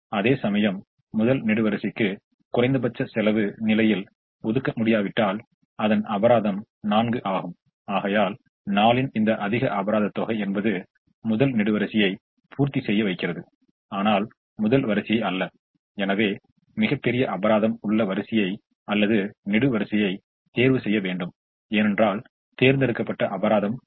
ஏனென்றால் அது உகந்ததாக இல்லாவிட்டால் குறைந்தபட்சம் ஒரு ஒதுக்கப்படாத நிலையை ஒதுக்குவது நமக்கு லாபகரமானதாக இருக்க வேண்டும் அது நடக்கவில்லை எனவே 565 உடன் ஒப்பிட்டு பார்க்கும் பொழுது இந்த தீர்வு சிறந்த தீர்வாகும் இப்போது மேலும் இதை பற்றி காண்போம்